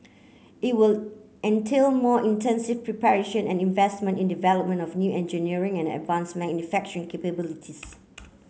it will entail more intensive preparation and investment in the development of new engineering and advanced manufacturing capabilities